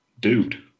dude